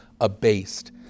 abased